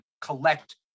collect